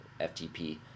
FTP